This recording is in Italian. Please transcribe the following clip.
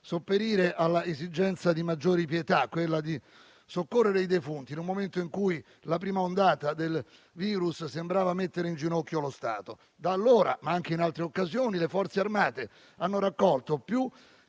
camion, all'esigenza di maggiori pietà, soccorrendo i defunti in un momento in cui la prima ondata del virus sembrava mettere in ginocchio lo Stato. Da allora, in diverse occasioni le Forze armate hanno raccolto più